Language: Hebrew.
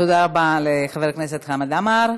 תודה רבה לחבר הכנסת חמד עמאר.